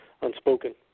unspoken